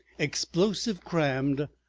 explosive crammed,